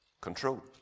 Control